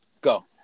go